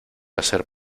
hacer